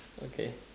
okay